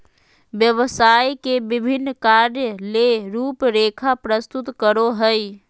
व्यवसाय के विभिन्न कार्य ले रूपरेखा प्रस्तुत करो हइ